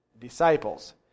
disciples